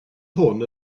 hwn